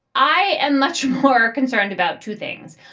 i am much more concerned about two things.